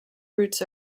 roots